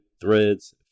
Threads